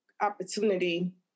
opportunity